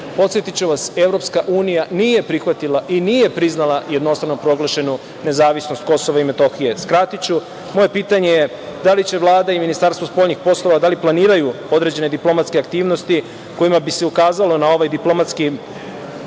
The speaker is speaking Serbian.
Podsetiću vas, EU nije prihvatila i nije priznala jednostrano proglašenu nezavisnost Kosova i Metohije. Skratiću, moje pitanje je da li će Vlada i MUP, da li planiraju određene diplomatske aktivnosti kojima bi se ukazalo na ovaj diplomatskim